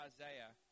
Isaiah